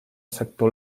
sector